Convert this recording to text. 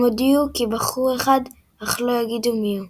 הם הודיעו כי בחרו אחד, אך לא יגידו מי הוא.